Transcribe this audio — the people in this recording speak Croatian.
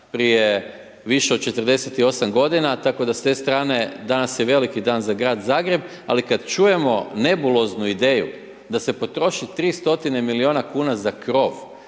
prije više od 48 godina tako da s te strane danas je veliki dan za Grad Zagreb, ali kad čujemo nebuloznu ideju da se potroši 300 milijuna kuna za krov